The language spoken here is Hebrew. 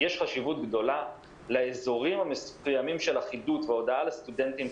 יש חשיבות גדולה לאזורים המסוימים של אחידות והודעה לסטודנטים.